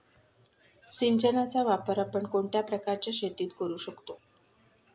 सिंचनाचा वापर आपण कोणत्या प्रकारच्या शेतीत करू शकतो?